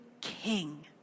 king